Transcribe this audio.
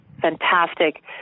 fantastic